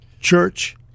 church